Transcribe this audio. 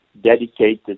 dedicated